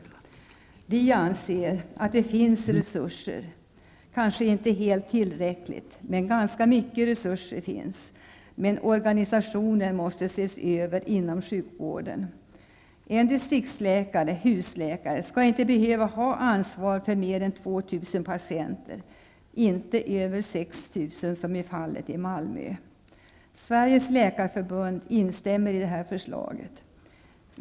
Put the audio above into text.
Folkpartiet liberalerna anser att det finns resurser, kanske inte tillräckliga, men ganska mycket. Men organisationen inom sjukvården måste ses över. En distriksläkare, husläkare, skall inte behöva ha ansvar för mer än 2 000 patienter, inte över 6 000 som i Malmö. Sveriges läkarförbund instämmer i detta förslag.